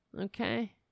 Okay